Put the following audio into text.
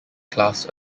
clasp